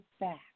back